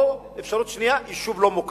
או, אפשרות שנייה, יישוב לא-מוכר.